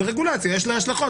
זאת רגולציה ויש לה השלכות.